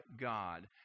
God